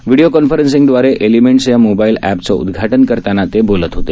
video conferencing दवारे elements या mobile अॅपचं उद्घाटन करताना ते बोलत होते